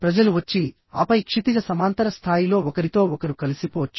ప్రజలు వచ్చి ఆపై క్షితిజ సమాంతర స్థాయిలో ఒకరితో ఒకరు కలిసిపోవచ్చు